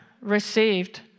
received